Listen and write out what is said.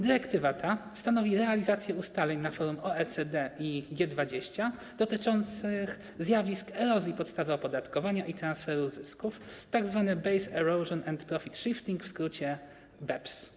Dyrektywa ta stanowi realizację ustaleń na forum OECD i G-20 dotyczących zjawisk erozji podstawy opodatkowania i transferu zysków, tzw. Base Erosion and Profit Shifting, w skrócie BEPS.